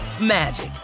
magic